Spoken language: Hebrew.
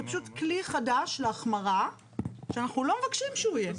זה פשוט כלי חדש להחמרה שאנחנו לא מבקשים שהוא יהיה.